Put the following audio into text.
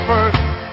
First